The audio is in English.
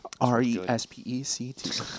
R-E-S-P-E-C-T